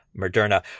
Moderna